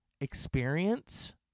experience